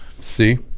see